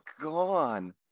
gone